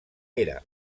era